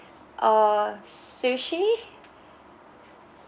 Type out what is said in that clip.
or sushi